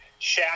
Shaq